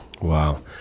Wow